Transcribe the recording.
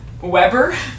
Weber